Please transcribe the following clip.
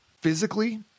physically